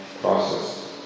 process